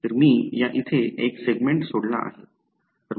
तर मी या इथे एक सेगमेंट सोडला आहे